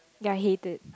yea hate it